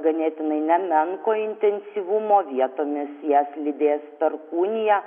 ganėtinai nemenko intensyvumo vietomis jas lydės perkūnija